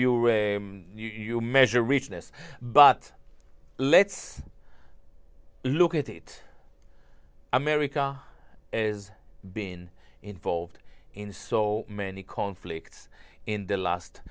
you you measure richness but let's look at it america is being involved in so many conflicts in the last